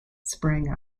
sprang